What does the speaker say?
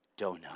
donut